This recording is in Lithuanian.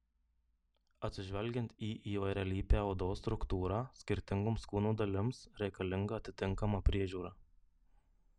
atsižvelgiant į įvairialypę odos struktūrą skirtingoms kūno dalims reikalinga atitinkama priežiūra